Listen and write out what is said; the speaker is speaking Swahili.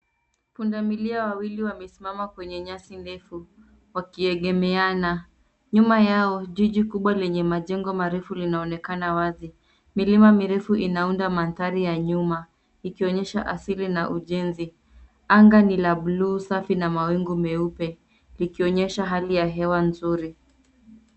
Punda milia wawili wamesimama kwenye nyasi ndefu, wakiegemeana. Nyuma yao jiji kubwa lenye majengo marefu linaonekana wazi. Milima mirefu inaunda mandhari ya nyuma, ikionyesha asili na ujenzi. Anga ni la buluu safi na mawingu meupe, likionyesha hali ya hewa nzuri.